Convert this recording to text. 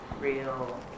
real